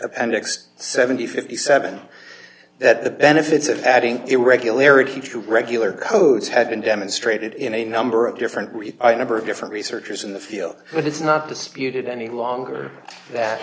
appendix seven thousand and fifty seven that the benefits of adding irregularity to regular codes have been demonstrated in a number of different read a number of different researchers in the field but it's not disputed any longer that